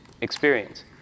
experience